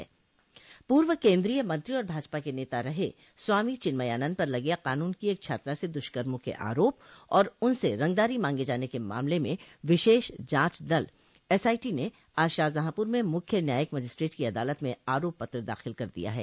पूर्व केन्द्रीय मंत्री और भाजपा के नेता रहे स्वामी चिन्मयानन्द पर लगे कानून की एक छात्रा से दुष्कर्मो के आरोप और उनसे रंगदारी मांगे जाने के मामले में विशेष जांच दल एसआइटी ने आज शाहजहांपुर में मुख्य न्यायायिक मजिस्ट्रेट की अदालत में आरोप पत्र दाखिल कर दिया है